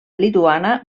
lituana